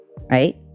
right